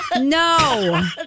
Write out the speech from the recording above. No